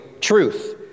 truth